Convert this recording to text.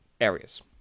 areas